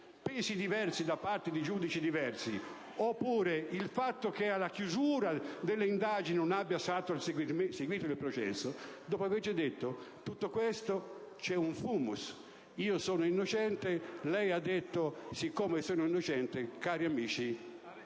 pesi diversi da parte di giudici diversi, oppure il fatto che alla chiusura delle indagini non sia seguito il processo - dopo averci detto: «c'è un *fumus*, io sono innocente» lei ha aggiunto: «siccome sono innocente, cari amici,